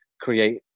create